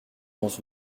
dans